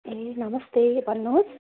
ए नमस्ते भन्नुहोस्